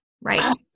right